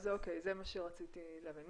אוקיי, זה מה שרציתי להבין.